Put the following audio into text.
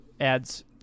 adds